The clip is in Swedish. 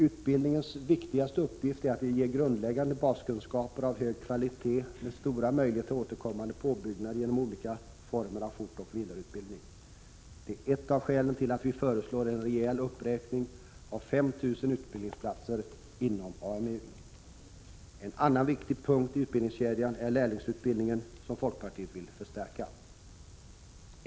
Utbildningens viktigaste uppgift är att ge grundläggande baskunskaper av hög kvalitet med stora möjligheter till återkommande påbyggnad genom olika former av fortoch vidareutbildning. Det är ett av skälen till att vi föreslår en rejäl uppräkning med 5 000 utbildningsplatser inom AMU. En annan viktig punkt i utbildningskedjan är lärlingsutbildningen, som folkpartiet vill förstärka.